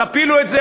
תפילו את זה.